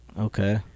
Okay